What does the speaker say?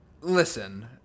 Listen